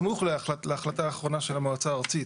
בסמוך להחלטה האחרונה של המועצה הארצית,